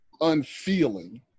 unfeeling